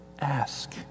ask